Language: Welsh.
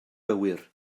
gywir